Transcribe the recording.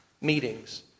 meetings